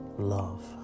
love